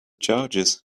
charges